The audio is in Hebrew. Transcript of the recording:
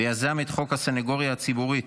ויזם את חוק הסנגוריה הציבורית,